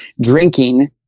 drinking